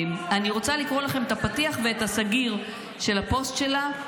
אני רוצה לקרוא לכם את הפתיח ואת הסגיר של הפוסט שלה.